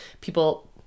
People